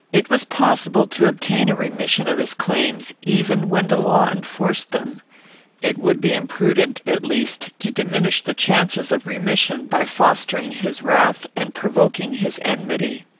it was possible to obtain a remission of his claims, even when the law enforced them it would be imprudent at least to diminish the chances of remission by fostering his wrath and provoking his enmity.